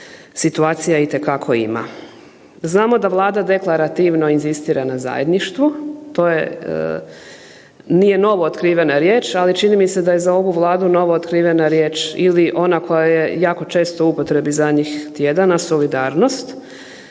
situacija itekako ima. Znao da Vlada deklarativno inzistira na zajedništvu, to je nije novo otkrivena riječ ali čini mi se da je za ovu Vladu novootkrivena riječ ili ona koja je jako često u upotrebi zadnjih tjedana solidarnost.